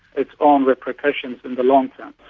its own repercussions in the long term.